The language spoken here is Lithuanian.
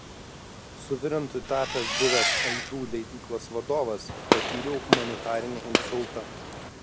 suvirintoju tapęs buvęs aidų leidyklos vadovas patyriau humanitarinį insultą